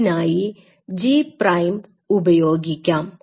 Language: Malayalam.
അതിനായി G പ്രൈം ഉപയോഗിക്കാം